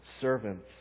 servants